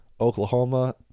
Oklahoma